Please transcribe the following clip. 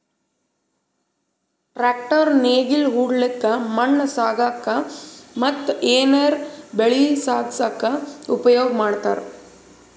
tractor ನೇಗಿಲ್ ಹೊಡ್ಲಿಕ್ಕ್ ಮಣ್ಣ್ ಸಾಗಸಕ್ಕ ಮತ್ತ್ ಏನರೆ ಬೆಳಿ ಸಾಗಸಕ್ಕ್ ಉಪಯೋಗ್ ಮಾಡ್ತಾರ್